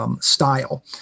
Style